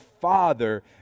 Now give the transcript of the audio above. Father